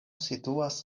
situas